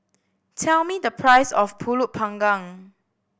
tell me the price of Pulut Panggang